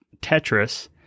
Tetris